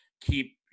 keep